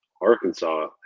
Arkansas